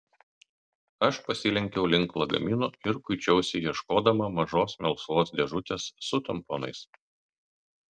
aš pasilenkiau link lagamino ir kuičiausi ieškodama mažos melsvos dėžutės su tamponais